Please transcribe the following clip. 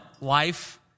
life